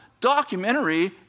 documentary